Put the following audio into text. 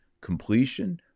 completion